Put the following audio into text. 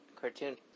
Cartoon